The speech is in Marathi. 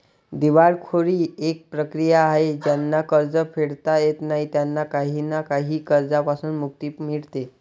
दिवाळखोरी एक प्रक्रिया आहे ज्यांना कर्ज फेडता येत नाही त्यांना काही ना काही कर्जांपासून मुक्ती मिडते